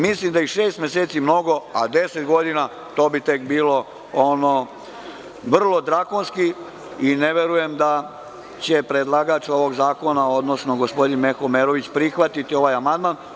Mislim da je i šest meseci mnogo, a deset godina bi tek bilo vrlo drakonski i ne verujem da će predlagač ovog zakona, odnosno gospodin Meho Omerović prihvatiti ovaj amandman.